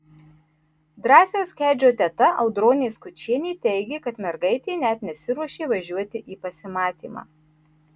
drąsiaus kedžio teta audronė skučienė teigė kad mergaitė net nesiruošė važiuoti į pasimatymą